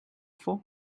for